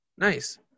nice